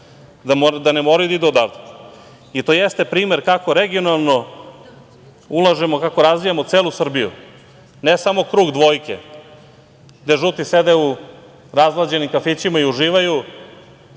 da ne moraju da idu odavde. To jeste primer kako regionalno ulažemo, kako razvijamo celu Srbiju. Ne samo krug dvojke gde žuti sede u rashlađenim kafićima i uživaju,